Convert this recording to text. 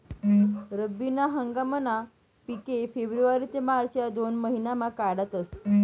रब्बी ना हंगामना पिके फेब्रुवारी ते मार्च या दोन महिनामा काढातस